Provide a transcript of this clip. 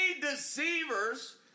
deceivers